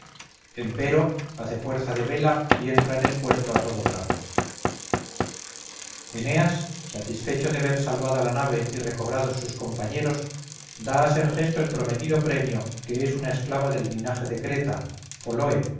remos empero hace fuerza de vela y entra en el puerto a todo trapo eneas satisfecho de ver salvada la nave y recobrados sus compañeros da a sergesto el prometido premio que es una esclava del linaje de creta foloe